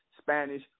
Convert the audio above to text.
spanish